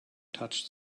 touched